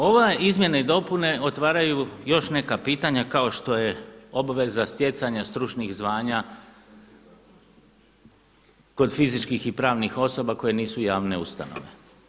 Ove izmjene i dopune otvaraju još neka pitanja kao što je obveza stjecanja stručnih zvanja kod fizičkih i pravni osoba koje nisu javne ustanove.